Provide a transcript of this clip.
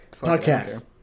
Podcast